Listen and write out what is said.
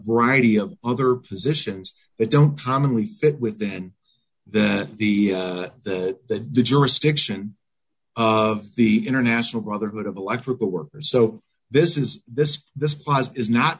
variety of other positions that don't commonly fit within that the that the jurisdiction of the international brotherhood of electrical workers so this is this this